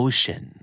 Ocean